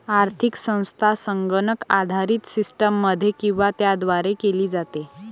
आर्थिक संस्था संगणक आधारित सिस्टममध्ये किंवा त्याद्वारे केली जाते